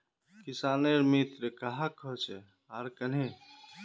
किसानेर मित्र कहाक कोहचे आर कन्हे?